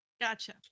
Gotcha